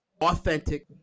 authentic